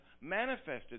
manifested